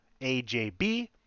AJB